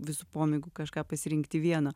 visų pomėgių kažką pasirinkti vieną